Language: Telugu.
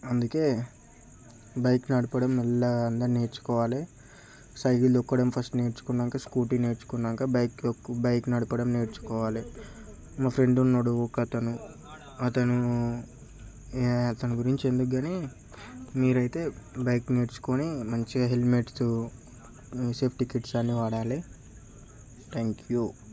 అందుకే బైక్ నడపడం మెల్లగా అందరు నేర్చుకోవాలె సైకిల్ తొక్కడం ఫస్ట్ నేర్చుకున్నాక స్కూటీ నేర్చుకున్నాక బైక్ ఒక్ బైక్ నడపడం నేర్చుకోవాలి మా ఫ్రెండ్ ఉన్నడు ఒకతను అతనూ ఏ అతని గురించి ఎందుక్కాని మీరైతే బైక్ నేర్చుకొని మంచిగా హెల్మెట్సు సేఫ్టీ కిట్స్ అన్నీ వాడాలె టాంక్ యూ